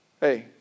Hey